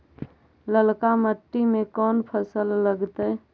ललका मट्टी में कोन फ़सल लगतै?